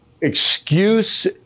excuse